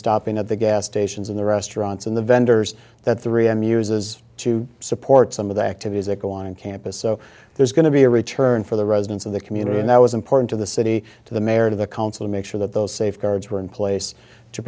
stopping at the gas stations in the restaurants and the vendors that three m uses to support some of the activities that go on in campus so there's going to be a return for the residents of the community and that was important to the city to the mayor to the council to make sure that those safeguards were in place to